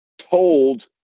Told